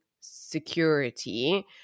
security